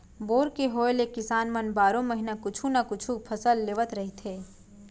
bore के होए ले किसान मन बारो महिना कुछु न कुछु फसल लेवत रहिथे